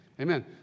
Amen